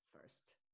first